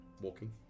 walking